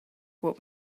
what